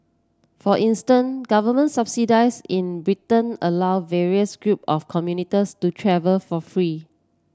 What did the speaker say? for instance government subsidies in Britain allow various group of commuters to travell for free